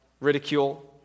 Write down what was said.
ridicule